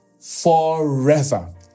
forever